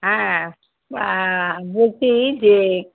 হ্যাঁ বলছি যে